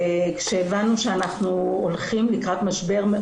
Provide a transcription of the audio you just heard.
כשהבנו שאנחנו הולכים לקראת משבר,